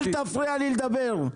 אל תפריע לי לדבר.